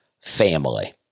family